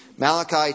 Malachi